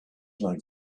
like